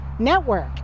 Network